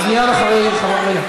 אז מייד אחרי חברת הכנסת.